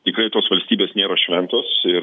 tikrai tos valstybės nėra šventos ir